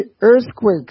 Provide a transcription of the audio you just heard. earthquakes